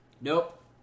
nope